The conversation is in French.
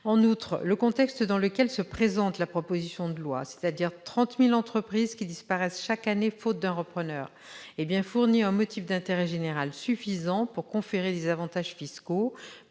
En outre, le contexte dans lequel se présente la proposition de loi- quelque 30 000 entreprises disparaissent chaque année faute d'un repreneur -fournit un motif d'intérêt général suffisant pour conférer des avantages fiscaux-